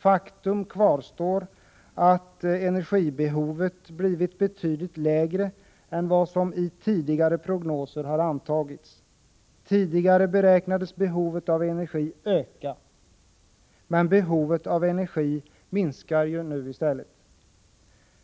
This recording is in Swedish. Faktum kvarstår: energibehovet har blivit betydligt mindre än vad som i tidigare prognoser har antagits. Tidigare beräknades behovet av energi öka, men i stället minskar nu behovet.